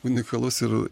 unikalus ir